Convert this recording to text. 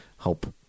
help